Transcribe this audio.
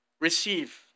receive